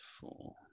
four